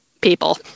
people